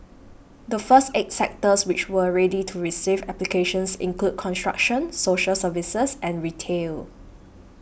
the first eight sectors which were ready to receive applications include construction social services and retail